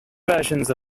versions